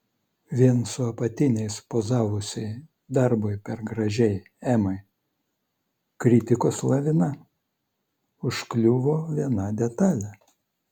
vien su apatiniais pozavusiai darbui per gražiai emai kritikos lavina užkliuvo viena detalė